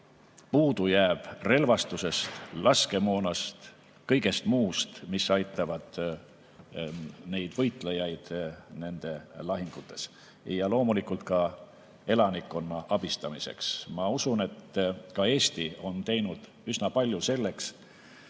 Puudu jääb relvastusest, laskemoonast, kõigest muust, mis aitaks neid võitlejaid lahingutes ja loomulikult ka elanikkonda. Ma usun, et ka Eesti on teinud üsna palju selleks,